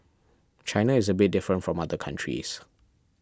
China is a bit different from other countries